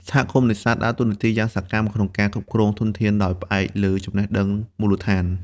សហគមន៍នេសាទ ដើរតួនាទីយ៉ាងសកម្មក្នុងការគ្រប់គ្រងធនធានដោយផ្អែកលើចំណេះដឹងមូលដ្ឋាន។